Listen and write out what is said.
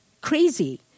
crazy